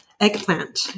eggplant